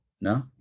No